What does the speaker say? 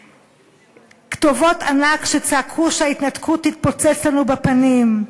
בכתובות ענק שצעקו שההתנתקות תתפוצץ לנו בפנים.